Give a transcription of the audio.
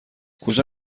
کجا